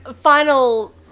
final